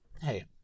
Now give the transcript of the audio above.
hey